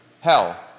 hell